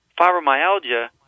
fibromyalgia